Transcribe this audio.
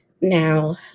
now